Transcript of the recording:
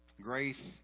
Grace